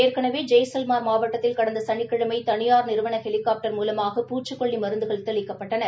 ஏற்கனவே ஜெய்சல்மார் மாவட்டத்தில் கடந்த சனிக்கிழமை தளியார் நிறுவன ஹெலிகாப்டர் மூலமாக பூச்சிக் கொல்லி மருந்துகள் தெளிக்கப்பட்டன